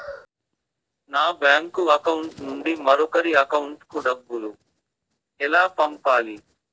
నా bank account నుండి మరొకరి అకౌంట్ కు డబ్బులు ఎలా పంపాలి